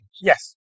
Yes